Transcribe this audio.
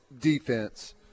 defense